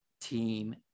team